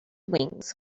wings